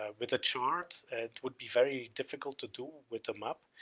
ah with a chart it would be very difficult to do with a map,